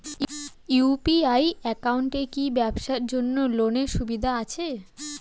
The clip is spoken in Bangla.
ইউ.পি.আই একাউন্টে কি ব্যবসার জন্য লোনের সুবিধা আছে?